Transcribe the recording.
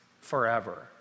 forever